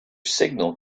signal